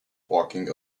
walking